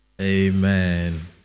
Amen